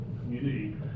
community